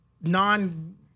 non